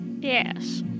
yes